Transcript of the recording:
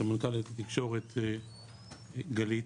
סמנכ"לית התקשורת גלית,